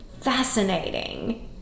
fascinating